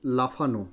লাফানো